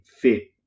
fit